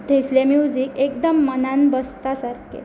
थंयसले music एकदम मनान बसता सारकें